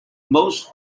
most